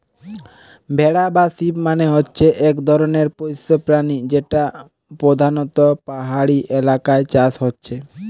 ভেড়া বা শিপ মানে হচ্ছে এক ধরণের পোষ্য প্রাণী যেটা পোধানত পাহাড়ি এলাকায় চাষ হচ্ছে